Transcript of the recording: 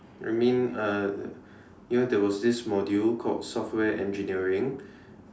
I mean uh you know there was this module called software engineering